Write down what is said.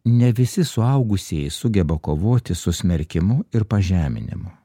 ne visi suaugusieji sugeba kovoti su smerkimu ir pažeminimu